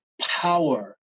power